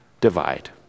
divide